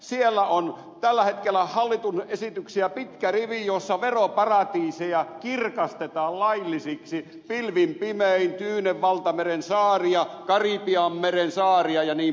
siellä on tällä hetkellä hallituksen esityksiä pitkä rivi joissa veroparatiiseja kirkastetaan laillisiksi pilvin pimein tyynen valtameren saaria karibianmeren saaria jnp